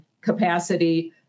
capacity